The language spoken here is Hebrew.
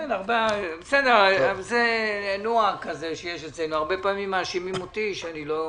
זה נוהג שיש אצלנו, הרבה פעמים מאשימים אותי שלא